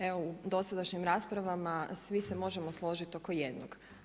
Evo u dosadašnjim raspravama svi se možemo složiti oko jednog.